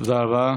תודה רבה.